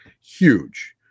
huge